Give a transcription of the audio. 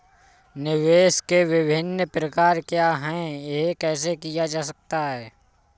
निवेश के विभिन्न प्रकार क्या हैं यह कैसे किया जा सकता है?